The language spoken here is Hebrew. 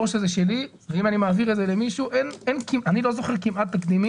או שזה שלי ואם אני מעביר את זה למישהו אני כמעט לא זוכר תקדימים